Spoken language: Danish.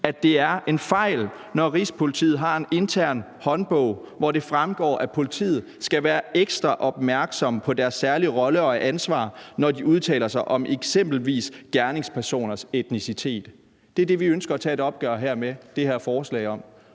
at det er en fejl, når Rigspolitiet har en intern håndbog, hvor det fremgår, at politiet skal være ekstra opmærksom på deres særlige rolle og ansvar, når de udtaler sig om eksempelvis gerningspersoners etnicitet. Det er det, vi med det her forslag